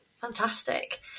Fantastic